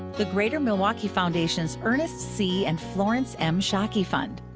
the greater milwaukee foundations's earnest c. and florence m. shocke fund.